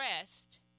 rest